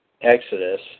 Exodus